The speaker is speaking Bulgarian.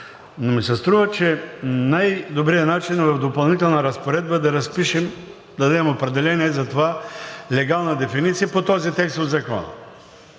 но ми се струва, че най-добрият начин е в Допълнителна разпоредба да разпишем, да дадем определение за това – легална дефиниция за „търговска тайна“